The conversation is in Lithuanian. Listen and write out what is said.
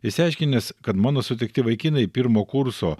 išsiaiškinęs kad mano sutikti vaikinai pirmo kurso